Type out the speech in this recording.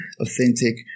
authentic